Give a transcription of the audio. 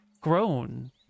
grown